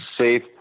safe